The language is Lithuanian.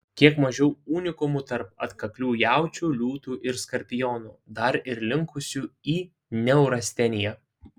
kiek mažiau unikumų tarp atkaklių jaučių liūtų ir skorpionų dar ir linkusių į neurasteniją